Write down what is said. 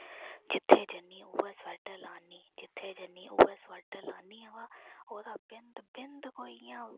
जित्थें जन्नी उऐ स्वेटर लान्नी जित्थें जन्नी उऐ स्वेटर लान्नी बाऽ ओह्दा कोई बिंद बिंद इंया